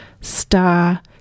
star